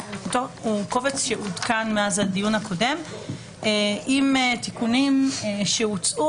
זה קובץ שעודכן מאז הדיון הקודם עם תיקונים שהוצאו